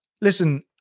listen